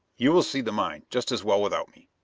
you will see the mine just as well without me.